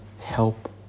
help